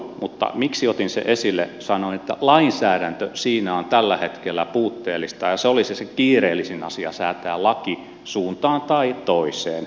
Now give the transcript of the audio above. mutta miksi otin sen esille sanoin että lainsäädäntö siinä on tällä hetkellä puutteellista ja se olisi se kiireellisin asia säätää laki suuntaan tai toiseen